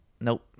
Nope